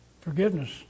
Forgiveness